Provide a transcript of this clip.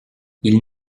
ils